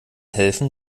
helfen